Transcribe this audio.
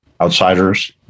outsiders